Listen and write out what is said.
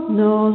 no